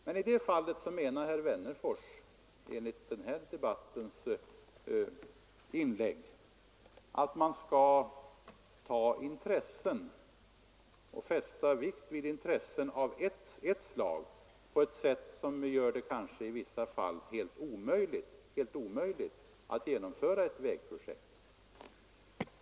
Men i sådana fall menar herr Wennerfors, enligt inläggen i den här debatten, att man skall fästa vikt vid intressen av ett slag på ett sätt som kanske i vissa fall gör det helt omöjligt att genomföra ett vägprojekt.